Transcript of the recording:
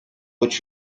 which